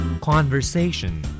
Conversation